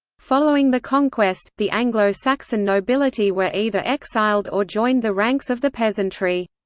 following the conquest, the anglo-saxon nobility were either exiled or joined the ranks of the peasantry.